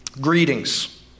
greetings